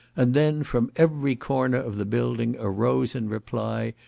and then from every corner of the building arose in reply,